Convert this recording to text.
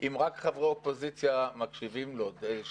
אם רק חברי אופוזיציה מקשיבים לו.